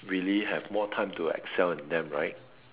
really have more time to excel in them right